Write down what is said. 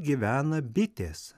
gyvena bitės